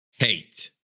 Hate